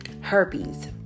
herpes